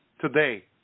today